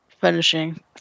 finishing